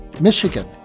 Michigan